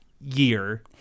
year